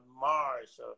Mars